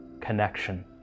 connection